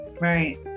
Right